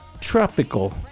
tropical